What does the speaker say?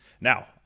now